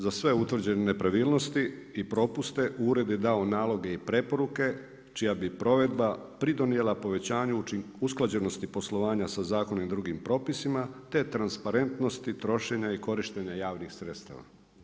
Za sve utvrđene nepravilnosti i propuste Ured je dao naloge i preporuke čija bi provedba pridonijela povećanju usklađenosti poslovanja sa zakonom i drugim propisima te transparentnosti trošenja i korištenja javnih sredstava.